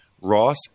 ross